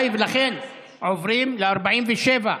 לכן עוברים ל-47,